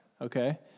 okay